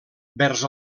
vers